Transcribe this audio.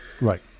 Right